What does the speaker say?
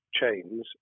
chains